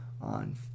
on